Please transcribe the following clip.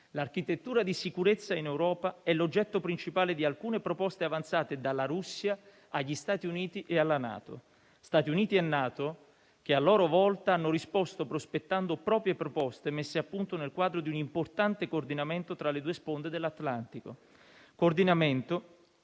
L'architettura di sicurezza in Europa è l'oggetto principale di alcune proposte avanzate dalla Russia agli Stati Uniti e alla NATO, che a loro volta hanno risposto prospettando proprie proposte messe a punto nel quadro di un importante coordinamento tra le due sponde dell'Atlantico; un coordinamento